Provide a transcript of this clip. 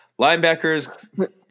Linebackers